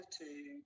attitude